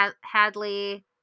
Hadley